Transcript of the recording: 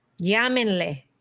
llámenle